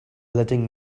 letting